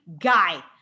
guy